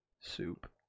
soup